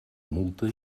multa